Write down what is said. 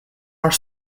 are